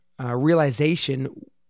realization